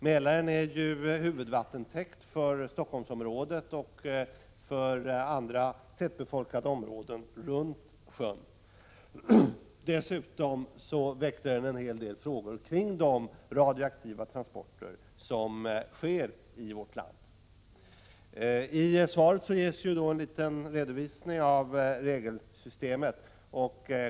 Mälaren är ju huvudvattentäkt för Stockholmsområdet och för andra tättbefolkade områden runt sjön. Dessutom väckte den en hel del frågor kring de radioaktiva transporter som sker i vårt land. I svaret ges en liten redovisning av regelsystemet.